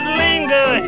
linger